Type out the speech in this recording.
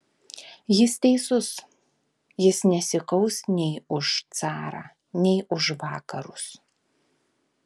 jis teisus jis nesikaus nei už carą nei už vakarus